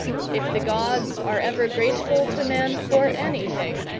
if the gods are ever grateful to man for anything,